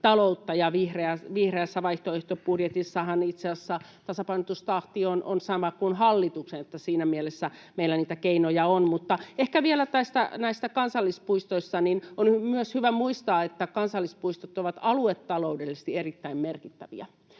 ja vihreässä vaihtoehtobudjetissahan itse asiassa tasapainotustahti on sama kuin hallituksella. Siinä mielessä meillä niitä keinoja on. Ehkä vielä näistä kansallispuistoista on myös hyvä muistaa, että kansallispuistot ovat aluetaloudellisesti erittäin merkittäviä.